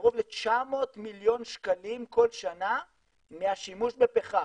קרוב ל-900 מיליון שקלים כל שנה מהשימוש בפחם.